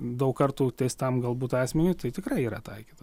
daug kartų teistam galbūt asmeniui tai tikrai yra taikyta